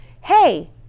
Hey